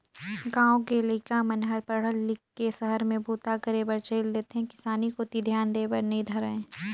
गाँव के लइका मन हर पढ़ लिख के सहर में बूता करे बर चइल देथे किसानी कोती धियान देय बर नइ धरय